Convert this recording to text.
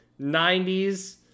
90s